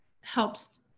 helps